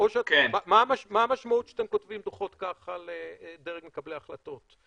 מה המשמעות שאתם כותבים דוחות ככה לדרג מקבלי ההחלטות?